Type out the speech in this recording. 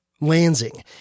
Lansing